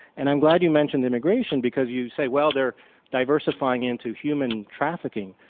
and i'm glad you mentioned immigration because you say, well, they're diversifying into human trafficking.